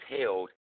held